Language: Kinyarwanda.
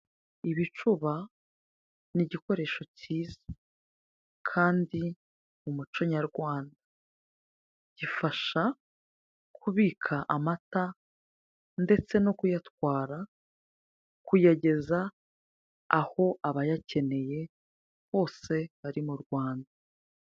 Ibicuba ni igikoresho cyiza kandi mu muco nyarwanda gifasha kubika amata ndetse no kuyatwara kuyageza aho abayakeneye bose bari mu Rwanda.